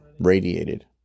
radiated